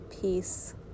peace